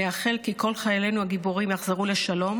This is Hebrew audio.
נאחל כי כל חיילינו הגיבורים יחזרו לשלום